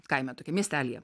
kaime tokiam miestelyje